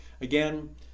Again